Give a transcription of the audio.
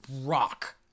rock